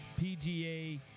PGA